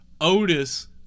otis